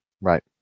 Right